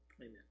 Amen